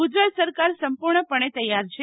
ગુજરાત સરકાર સંપૂર્ણ પણે તૈયાર છે